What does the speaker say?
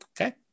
Okay